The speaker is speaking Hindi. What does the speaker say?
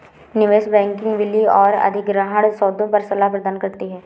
निवेश बैंकिंग विलय और अधिग्रहण सौदों पर सलाह प्रदान करती है